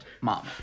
mom